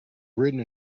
written